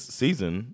season